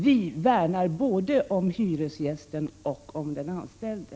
Vi socialdemokrater värnar både om hyresgästen och om den anställde.